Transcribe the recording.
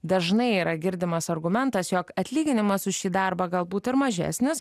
dažnai yra girdimas argumentas jog atlyginimas už šį darbą galbūt ir mažesnis